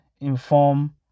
inform